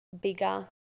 bigger